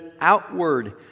outward